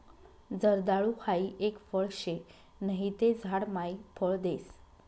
जर्दाळु हाई एक फळ शे नहि ते झाड मायी फळ देस